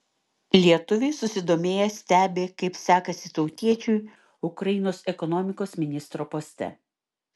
lietuviai susidomėję stebi kaip sekasi tautiečiui ukrainos ekonomikos ministro poste